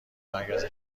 مرکز